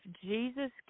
Jesus